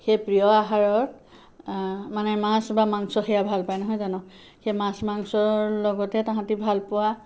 সেই প্ৰিয় আহাৰত মানে মাছ বা মাংস সেয়া ভাল পায় নহয় জানো মাছ মাংসৰ লগতে তাহাঁতি ভালপোৱা